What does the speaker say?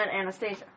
Anastasia